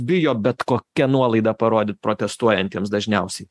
bijo bet kokia nuolaida parodyt protestuojantiems dažniausiai